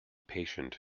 patient